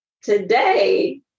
today